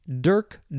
dirk